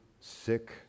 sick